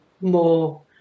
more